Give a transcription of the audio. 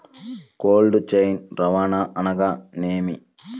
Cold chain రవాణా అనగా నేమి?